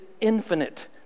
infinite